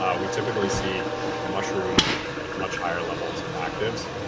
um we typically see a mushroom with much higher levels of actives.